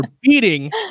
beating